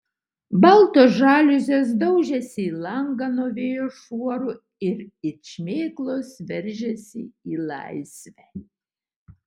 baltos žaliuzės daužėsi į langą nuo vėjo šuorų ir it šmėklos veržėsi į laisvę